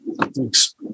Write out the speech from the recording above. Thanks